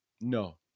No